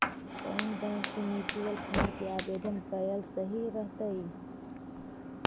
कउन बैंक से mutual fund के आवेदन कयल सही रहतई?